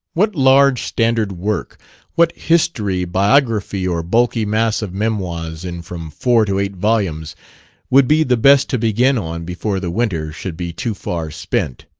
what large standard work what history, biography, or bulky mass of memoirs in from four to eight volumes would be the best to begin on before the winter should be too far spent?